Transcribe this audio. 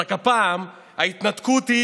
רק הפעם ההתנתקות היא